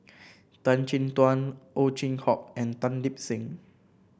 Tan Chin Tuan Ow Chin Hock and Tan Lip Seng